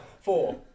Four